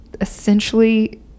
essentially